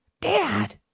Dad